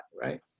right